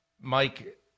Mike